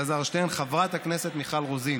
חבר הכנסת אלעזר שטרן וחברת הכנסת מיכל רוזין.